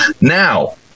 Now